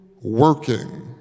working